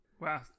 Wow